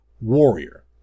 warrior